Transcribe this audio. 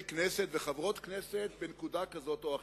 כנסת וחברות כנסת בנקודה כזאת או אחרת,